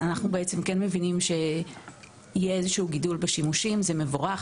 אנחנו מבינים שיהיה גידול בשימושים וזה מבורך,